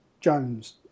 Jones